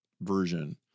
version